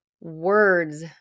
words